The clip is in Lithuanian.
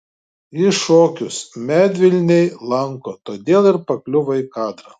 ji šokius medvilnėj lanko todėl ir pakliuvo į kadrą